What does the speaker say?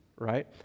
right